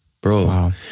Bro